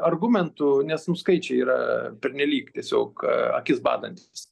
argumentų nes nu skaičiai yra pernelyg tiesiog akis badantys